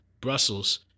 Brussels